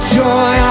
joy